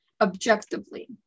objectively